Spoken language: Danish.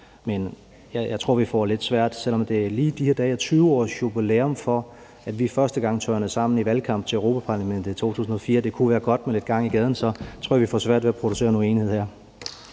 og reproduktive rettigheder. Men selv om der lige i de her dage er 20-årsjubilæum for, at vi første gang tørnede sammen i valgkampen til Europa-Parlamentet i 2004, og det kunne være godt med lidt gang i gaden, tror jeg, at vi får svært ved at producere en uenighed her.